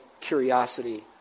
curiosity